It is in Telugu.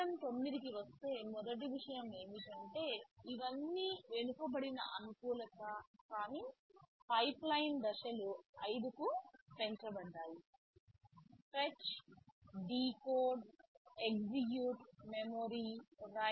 ARM 9 కి వస్తే మొదటి విషయం ఏమిటంటే ఇవన్నీ వెనుకబడిన అనుకూలత కానీ పైప్లైన్ దశలు 5 కి పెంచబడ్డాయి fetch decode execute memory right